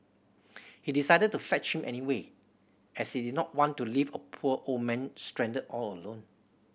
he decided to fetch him anyway as he did not want to leave a poor old man stranded all alone